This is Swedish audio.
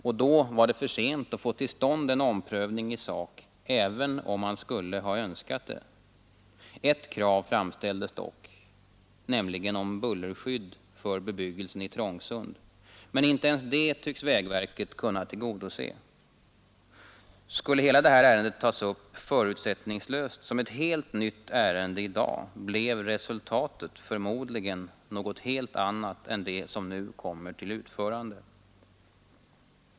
Och då var det för sent att få till stånd en omprövning i sak även om man skulle ha önskat det. Ett krav framställdes dock, nämligen om bullerskydd för bebyggelsen i Trångsund, men inte ens det tycks vägverket kunna tillgodose. Skulle hela det här ärendet tas upp förutsättningslöst som ett helt nytt ärende i dag blev resultatet förmodligen något helt annat än det projekt som nu kommer till utförande.